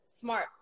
smart